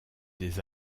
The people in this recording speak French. des